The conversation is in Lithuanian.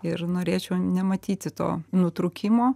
ir norėčiau nematyti to nutrūkimo